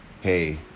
hey